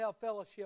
fellowship